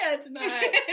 tonight